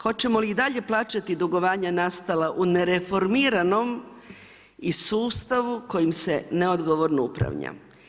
Hoćemo li i dalje plaćati dugovanja nastala u nereformiranom i sustavu kojim se neodgovorno upravlja.